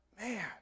Man